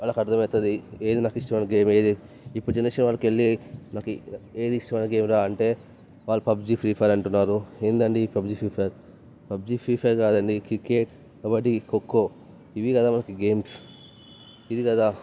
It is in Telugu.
వాళ్ళకి అర్థం అవుతుంది ఏది నాకు ఇష్టమైన గేమ్ ఏది ఇప్పుడు జనెరేషన్ వాళ్ళకి వెళ్ళి నాకు ఏది ఇష్టమైన గేమ్ రా అంటే వాళ్ళు పబ్జీ ఫ్రీ ఫైర్ అంటున్నారు ఏంటంటి ఈ PUBG free fire PUBG free fire కాదండి క్రికెట్ కబడ్డీ ఖోఖో ఇవి కదా మనకి గేమ్స్ ఇది కదా